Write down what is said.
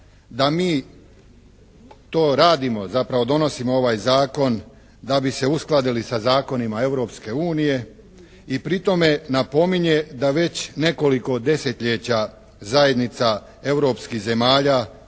da mi to radimo zapravo donosimo ovaj zakon da bi se uskladili sa zakonima Europske unije i pri tome napominje da već nekoliko desetljeća zajednica europskih zemalja,